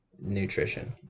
nutrition